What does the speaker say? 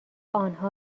آنها